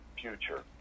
future